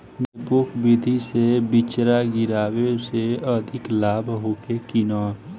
डेपोक विधि से बिचड़ा गिरावे से अधिक लाभ होखे की न?